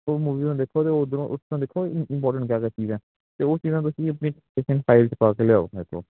ਉਹ ਮੂਵੀ ਹੁਣ ਦੋਖੋ ਅਤੇ ਉਧਰੋਂ ਉੱਥੋਂ ਦੇਖੋਗੇ ਇੰਪੋਰਟੈਂਟ ਕਿਆ ਕਿਆ ਚੀਜ਼ ਹੈ ਅਤੇ ਉਹ ਚੀਜ਼ਾਂ ਤੁਸੀਂ ਆਪਣੀ ਫਾਈਲ 'ਚ ਪਾ ਕੇ ਲਿਆਓ ਮੇਰੇ ਕੋਲ